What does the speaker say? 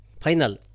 final